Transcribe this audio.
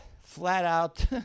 flat-out